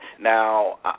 Now